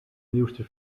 nieuwste